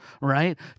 right